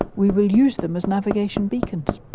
we will use them as navigation beacons.